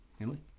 Emily